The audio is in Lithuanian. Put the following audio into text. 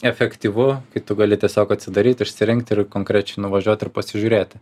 efektyvu kai tu gali tiesiog atsidaryti išsirinkti ir konkrečiai nuvažiuoti ir pasižiūrėti